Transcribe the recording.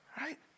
right